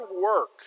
work